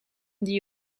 dit